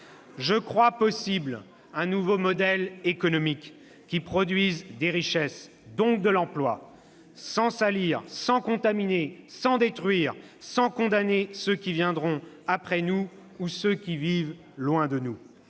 Je crois possible un nouveau modèle économique qui produise des richesses, donc de l'emploi, sans salir, sans contaminer, sans détruire, sans condamner ceux qui viendront après nous ou ceux qui vivent loin de nous.